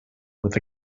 with